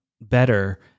better